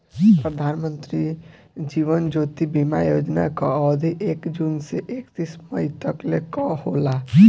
प्रधानमंत्री जीवन ज्योति बीमा योजना कअ अवधि एक जून से एकतीस मई तकले कअ होला